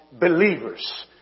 believers